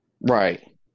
Right